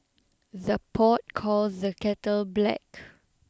the pot calls the kettle black